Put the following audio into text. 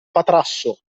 patrasso